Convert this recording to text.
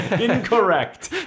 incorrect